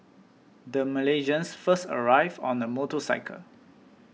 the Malaysians first arrived on a motorcycle